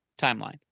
Timeline